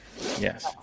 Yes